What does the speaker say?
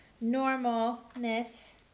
normal-ness